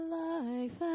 life